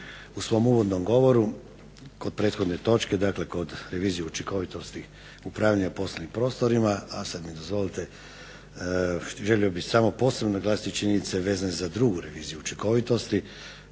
u svom uvodnom govoru, kod prethodne točke, kod revizije učinkovitosti upravljanja poslovnim prostorima, a sada mi dozvolite želio bih posebno naglasiti činjenice vezane za drugu reviziju učinkovitosti